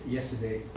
Yesterday